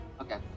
Okay